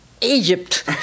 Egypt